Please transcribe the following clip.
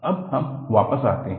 अब हम वापस आते हैं